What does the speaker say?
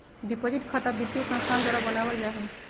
deposit खता वित्तीय संस्थान द्वारा बनावल जा हइ